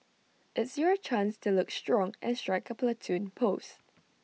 it's your chance to look strong and strike A Platoon pose